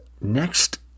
next